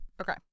Okay